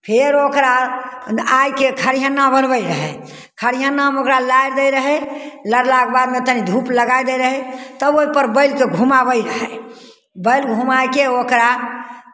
फेर ओकरा आबि कऽ खरिआना भरबैत रहय खरिआनामे ओकरा लारि दैत रहय लारलाके बादमे तनि धूप लगाय दैत रहय तब ओहिपर बैलकेँ घुमाबैत रहय बैल घुमाए कऽ ओकरा